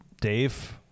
Dave